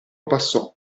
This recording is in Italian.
passò